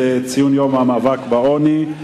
בציון יום המאבק בעוני,